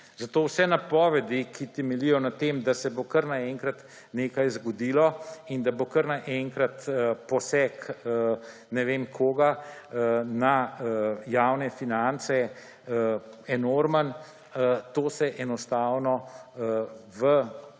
Zato vse napovedi, ki temeljijo na tem, da se bo kar naenkrat nekaj zgodilo in da bo kar naenkrat poseg, ne vem koga, na javne finance enormen, to se enostavno v Evropi